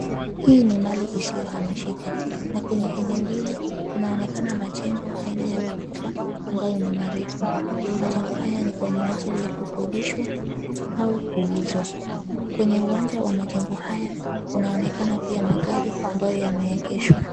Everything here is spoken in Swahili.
Hili ni mali isiyohamishika na kwenye eneo hili kunaonekana majengo aina ya ghorofa ambayo ni marefu. Majengo haya ni kwa minajili ya kukodishwa au kuuzwa. Kwenye uwanja wa majengo haya kunaonekana pia magari ambayo yameegeshwa.